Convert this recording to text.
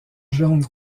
jaune